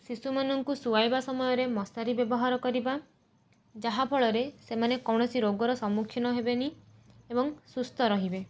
ଶିଶୁମାନଙ୍କୁ ଶୁଆଇବା ସମୟରେ ମଶାରି ବ୍ୟବହାର କରିବା ଯାହାଫଳରେ ସେମାନେ କୌଣସି ରୋଗର ସମ୍ମୁଖୀନ ହେବେନି ଏବଂ ସୁସ୍ଥ ରହିବେ